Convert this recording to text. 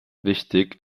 wichtig